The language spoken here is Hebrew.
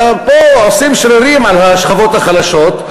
פה עושים שרירים על השכבות החלשות,